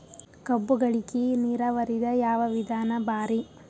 ಕಬ್ಬುಗಳಿಗಿ ನೀರಾವರಿದ ಯಾವ ವಿಧಾನ ಭಾರಿ?